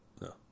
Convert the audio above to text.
No